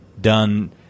done